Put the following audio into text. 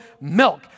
milk